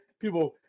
People